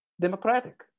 democratic